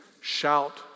shout